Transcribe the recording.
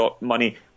money